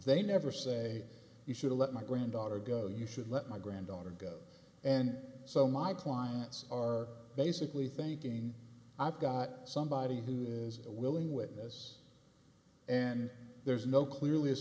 they never say you should let my granddaughter go you should let my granddaughter go and so my clients are basically thinking i've got somebody who is willing witness and there's no clearly